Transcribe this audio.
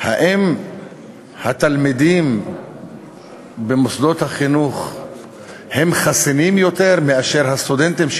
האם התלמידים במוסדות החינוך הם חסינים יותר מאשר הסטודנטים,